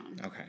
Okay